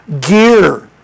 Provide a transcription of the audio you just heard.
gear